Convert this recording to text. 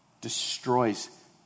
destroys